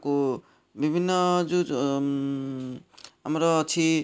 ଠାକୁ ବିଭିନ୍ନ ଯେଉଁ ଆମର ଅଛି